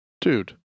Dude